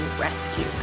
rescue